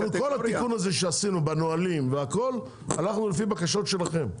אנחנו כל התיקון הזה שעשינו בנהלים והכל הלכנו לפי בקשות שלכם,